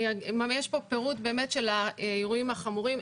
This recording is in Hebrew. יש פה פירוט של האירועים החמורים.